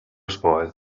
spoil